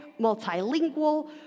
multilingual